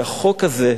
והחוק הזה,